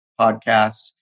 podcast